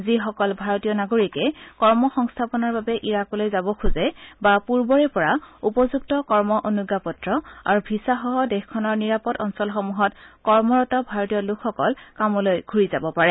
যিসকল ভাৰতীয় নাগৰিকে কৰ্মসংস্থাপনৰ বাবে ইৰাকলৈ যাব খোজে বা পূৰ্বৰে পৰা উপযুক্ত কৰ্ম অনুজাপত্ৰ আৰু ভিছাসহ দেশখনৰ নিৰাপদ অঞ্চলসমূহত কৰ্মৰত ভাৰতীয় লোকসকল কামলৈ ঘুৰি যাব পাৰে